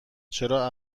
چرا